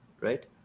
right